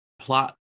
plot